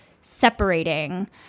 separating